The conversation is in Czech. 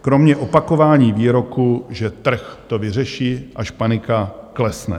Kromě opakování výroku, že trh to vyřeší, až panika klesne.